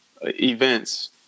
events